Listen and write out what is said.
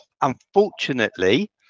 Unfortunately